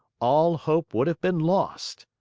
all hope would have been lost.